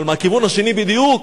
אבל מהכיוון השני בדיוק,